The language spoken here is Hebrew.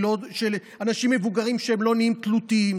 אנשים מבוגרים שלא נהיים תלותיים,